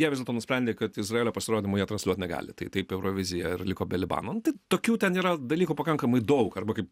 jie vis dėlto nusprendė kad izraelio pasirodymo jie transliuot negali tai taip eurovizija ir liko be libano nu tai tokių ten yra dalykų pakankamai daug arba kaip